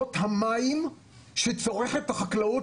מכמויות המים שצורכת החקלאות,